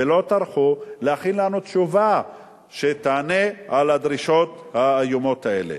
ולא טרחו להכין לנו תשובה שתענה על הדרישות האיומות האלה.